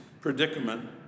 predicament